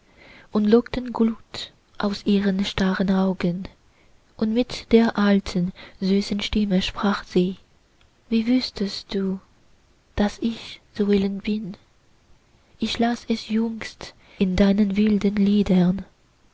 und lockten glut aus ihren starren augen und mit der alten süßen stimme sprach sie wie wußtest du daß ich so elend bin ich las es jüngst in deinen wilden liedern